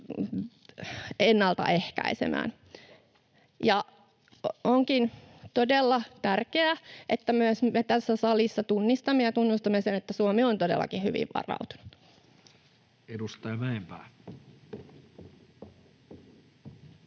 [Juha Mäenpää: Hyvä!] Onkin todella tärkeää, että myös me tässä salissa tunnistamme ja tunnustamme sen, että Suomi on todellakin hyvin varautunut. [Speech 181]